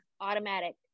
automatic